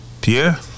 Pierre